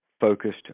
focused